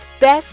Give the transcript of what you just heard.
Best